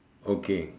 okay